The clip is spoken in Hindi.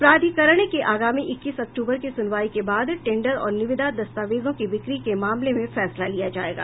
प्राधिकरण के आगामी इक्कीस अक्तूबर के सुनवाई के बाद टेंडर और निविदा दस्तावेजों की बिक्री के मामलों में फैसला लिया जायेगा